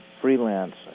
freelance